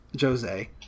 Jose